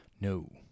No